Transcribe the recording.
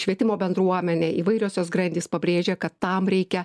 švietimo bendruomenė įvairios jos grandys pabrėžė kad tam reikia